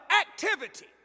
activity